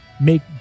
make